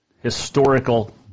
historical